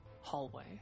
hallway